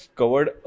covered